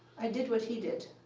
i did what he did.